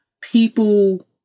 people